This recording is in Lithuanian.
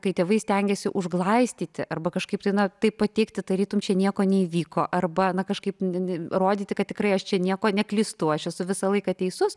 kai tėvai stengiasi užglaistyti arba kažkaip na tai pateikti tarytum čia nieko neįvyko arba na kažkaip rodyti kad tikrai aš čia nieko neklystu aš esu visą laiką teisus